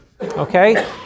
Okay